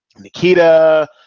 Nikita